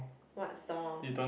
what song